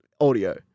audio